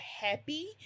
happy